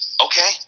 Okay